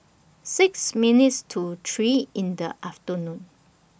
six minutes to three in The afternoon